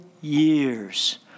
years